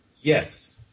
yes